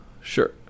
Sure